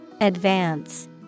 Advance